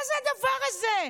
מה זה הדבר הזה?